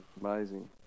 amazing